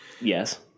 Yes